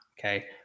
Okay